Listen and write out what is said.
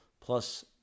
plus